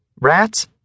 Rats